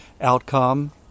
outcome